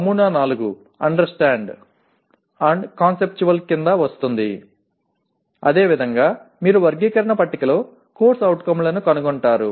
నమూనా 4 understand and conceptual కింద వస్తుంది అదేవిధంగా మీరు వర్గీకరణ పట్టికలో CO లను కనుగొంటారు